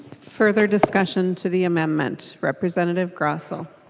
further discussion to the amendment? representative grossell